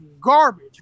garbage